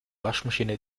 waschmaschine